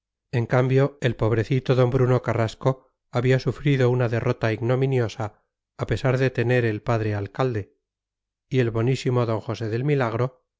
en cambio el pobrecito d bruno carrasco había sufrido una derrota ignominiosa a pesar de tener el padre alcalde y el bonísimo d josé del milagro